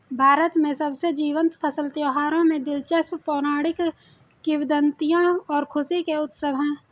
भारत के सबसे जीवंत फसल त्योहारों में दिलचस्प पौराणिक किंवदंतियां और खुशी के उत्सव है